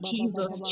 Jesus